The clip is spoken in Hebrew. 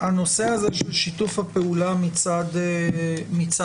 הנושא הזה של שיתוף הפעולה מצד היורשים,